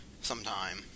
Sometime